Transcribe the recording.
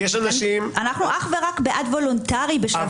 אנו רק בעד וולונטרי בשלב ראשון.